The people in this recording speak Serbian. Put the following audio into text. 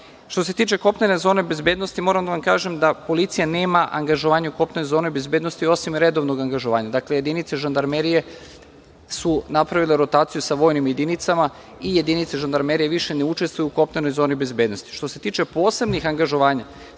se tiče kopnene zone bezbednosti moram da vam kažem da policija nema angažovanje kopnene zone bezbednosti osim redovnog angažovanja. Dakle, jedinice Žandarmerije su napravile rotaciju sa vojnim jedinicama i jedinice Žandarmerije više ne učestvuju u kopnenoj zoni bezbednosti. Što se tiče posebnih angažovanja,